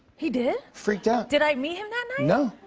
he did? freaked out. did i meet him that night? no.